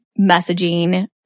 messaging